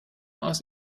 aus